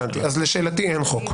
הבנתי, אז לשאלתי אין חוק.